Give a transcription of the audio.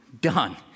done